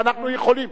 כי אנחנו יכולים.